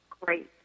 great